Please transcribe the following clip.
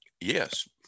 yes